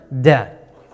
dead